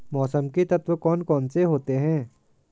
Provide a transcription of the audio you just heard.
मौसम के तत्व कौन कौन से होते हैं?